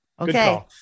Okay